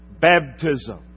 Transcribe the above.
baptism